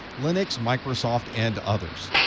linux, microsoft, and others.